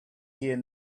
here